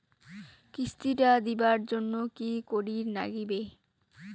কিস্তি টা দিবার জন্যে কি করির লাগিবে?